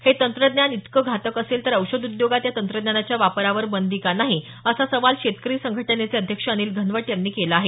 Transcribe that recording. हे तंत्रज्ञान इतकं घातक असेल तर औषध उद्योगात या तंत्रज्ञानाच्या वापरावर बंदी का नाही असा सवाल शेतकरी संघटनेचे अध्यक्ष अनिल घनवट यांनी केला आहे